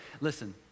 Listen